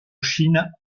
chine